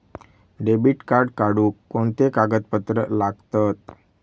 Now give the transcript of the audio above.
Debit card काढुक कोणते कागदपत्र लागतत?